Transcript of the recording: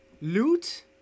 Loot